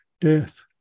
death